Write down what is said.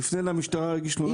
יפנה למשטרה ויגיש תלונה.